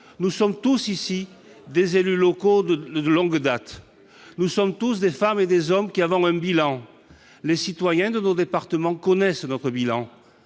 Nous sommes tous ici des élus locaux de longue date. Nous sommes tous des femmes et des hommes qui avons un bilan. Les citoyens de nos départements le connaissent et savent